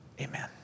amen